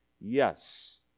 yes